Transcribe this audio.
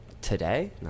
Today